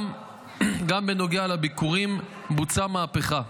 גם בנוגע לביקורים בוצעה מהפכה: